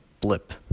blip